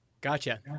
Gotcha